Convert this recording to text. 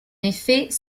effet